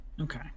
okay